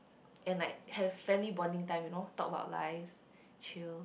and like have family bonding time you know talk about lives chill